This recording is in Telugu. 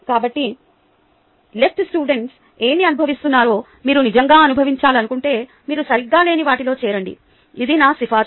కాబట్టి లెఫ్ట్ స్టూడెంట్స్ ఏమి అనుభవిస్తున్నారో మీరు నిజంగా అనుభవించాలనుకుంటే మీరు సరిగ్గా లేని వాటిలో చేరండి ఇది నా సిఫార్సు